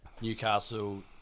Newcastle